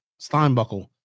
steinbuckle